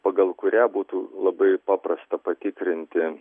pagal kurią būtų labai paprasta patikrinti